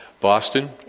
Boston